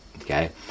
Okay